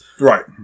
right